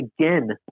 again